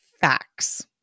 facts